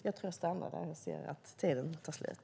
Jag stannar där, för jag ser att min talartid tar slut.